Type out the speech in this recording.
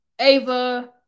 Ava